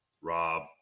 Rob